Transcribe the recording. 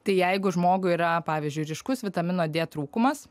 tai jeigu žmogui yra pavyzdžiui ryškus vitamino d trūkumas